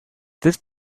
this